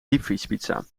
diepvriespizza